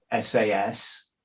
SAS